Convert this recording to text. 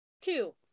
Two